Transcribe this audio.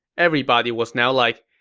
everybody was now like,